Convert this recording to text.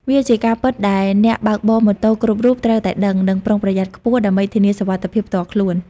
វាជាការពិតដែលអ្នកបើកបរម៉ូតូគ្រប់រូបត្រូវតែដឹង និងប្រុងប្រយ័ត្នខ្ពស់ ដើម្បីធានាសុវត្ថិភាពផ្ទាល់ខ្លួន។